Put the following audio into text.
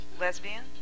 Lesbian